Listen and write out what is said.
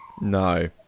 No